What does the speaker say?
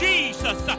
Jesus